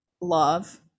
love